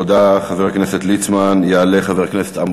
תודה, חבר הכנסת ליצמן.